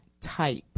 type